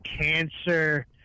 cancer